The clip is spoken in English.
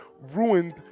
ruined